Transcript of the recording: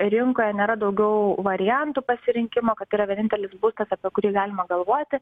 rinkoje nėra daugiau variantų pasirinkimo kad tai yra vienintelis būstas apie kurį galima galvoti